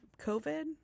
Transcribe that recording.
COVID